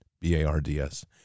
B-A-R-D-S